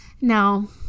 No